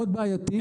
מאוד בעייתי,